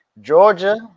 Georgia